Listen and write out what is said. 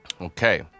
okay